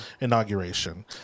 inauguration